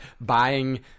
buying